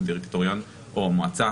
זה דירקטוריון או מועצה